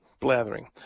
Blathering